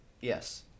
yes